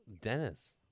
Dennis